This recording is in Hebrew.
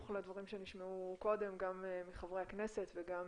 לדברים שנשמעו קודם גם מחברי הכנסת וגם